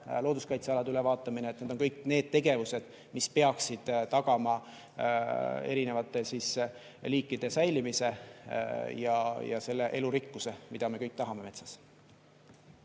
looduskaitsealade ülevaatamine on kõik need tegevused, mis peaksid tagama eri liikide säilimise ja selle elurikkuse, mida me kõik tahame metsas